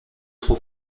trop